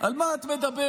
על מה את מדברת?